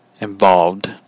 involved